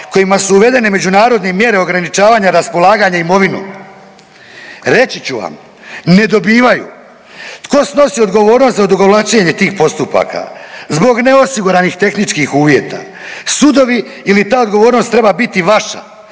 kojima su uvedene međunarodne mjere ograničavanja raspolaganja imovinom? Reći ću vam ne dobivaju. Tko snosi odgovornost za odugovlačenje tih postupaka? Zbog neosiguranih tehničkih uvjeta sudovi ili ta odgovornost treba biti vaša.